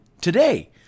today